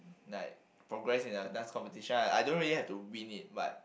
like progress in a dance competition I I don't really have to win it but